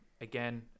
again